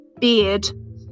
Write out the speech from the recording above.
beard